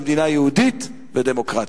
במדינה יהודית ודמוקרטית.